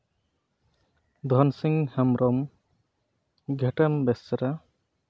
ᱫᱷᱚᱱᱥᱤᱝ ᱦᱮᱢᱵᱽᱨᱚᱢ ᱜᱷᱮᱴᱮᱢ ᱵᱮᱥᱨᱟ